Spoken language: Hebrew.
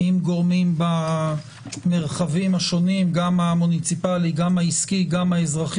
ברוכים הנמצאים והנמצאות.